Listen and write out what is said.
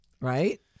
Right